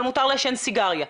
אבל מותר לעשן סיגריה.